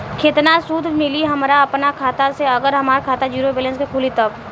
केतना सूद मिली हमरा अपना खाता से अगर हमार खाता ज़ीरो बैलेंस से खुली तब?